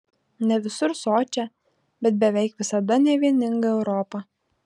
ne visur sočią bet beveik visada nevieningą europą